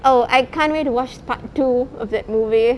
oh I can't wait to watch part two of that movie